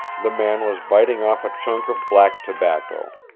the man was biting off a chunk of black tobacco.